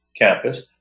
campus